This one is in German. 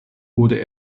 wurde